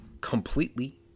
completely